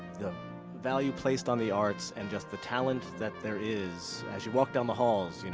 the value placed on the arts, and just the talent that there is. as you walk down the halls, you know